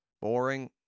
Boring